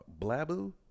Blaboo